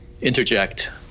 interject